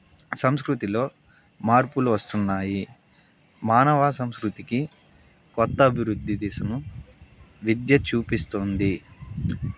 సంస్కృతిలో మార్పులు వస్తున్నాయి మానవ సంస్కృతికి కొత్త అభివృద్ది దిశను విద్య చూపిస్తుంది